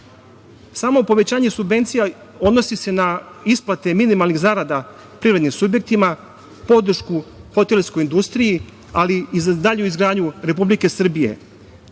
BDP.Samo povećanje subvencija odnosi se na isplate minimalnih zarada privrednim subjektima, podršku hotelskoj industriji, ali i za dalju izgradnju Republike Srbije.